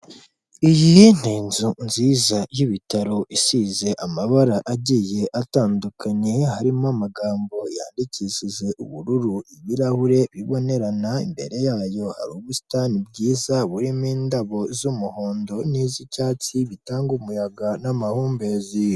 Iyi ni inzu nziza y'ibitaro isize amabara agiye atandukanye, harimo amagambo yandikishije ubururu n'ibirahure bibonerana, imbere yayo hari ubusitani bwiza burimo indabo z'umuhondo n'iz'icyatsi bitanga umuyaga n'amahumbezi.